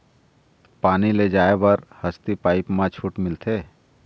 पानी ले जाय बर हसती पाइप मा छूट मिलथे?